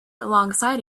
alongside